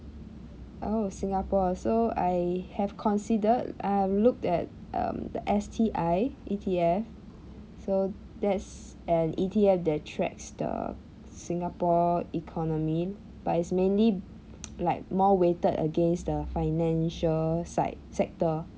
oh singapore so I have considered I've looked at um the S_T_I E_T_F so that's and E_T_F that tracks the singapore economy but it's mainly like more weighted against the financial side sector